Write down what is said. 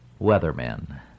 weathermen